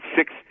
six